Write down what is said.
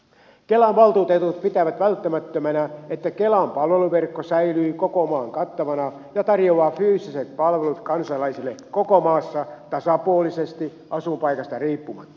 kelan valtuutetut pitävät välttämättömänä että kelan palveluverkko säilyy koko maan kattavana ja tarjoaa fyysiset palvelut kansalaisille koko maassa tasapuolisesti asuinpaikasta riippumatta